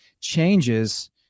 changes